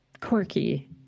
quirky